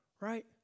Right